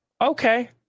okay